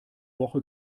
woche